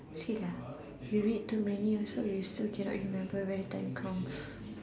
see lah you read too many also you still can not remember when the time comes